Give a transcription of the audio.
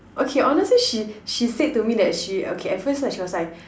okay honestly she she said to me that she okay at first lah she was like